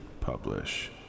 Publish